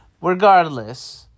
Regardless